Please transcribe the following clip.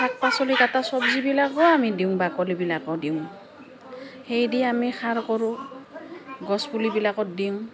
শাক পাচলি কাটা চব্জিবিলাকো আমি দিওঁ বাকলিবিলাকো দিওঁ সেই দি আমি সাৰ কৰোঁ গছপুলিবিলাকত দিওঁ